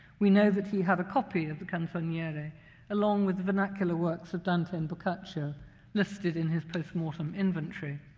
we know that he had a copy of the canzoniere along with vernacular works of dante and boccaccio listed in his postmortem inventory.